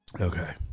Okay